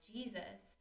Jesus